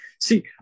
See